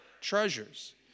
treasures